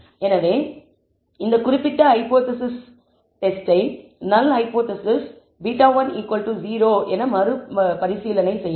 எனவே இந்த குறிப்பிட்ட ஹைபோதேசிஸ் டெஸ்டை நல் ஹைபோதேசிஸ் β1 0 என மறுபரிசீலனை செய்யலாம்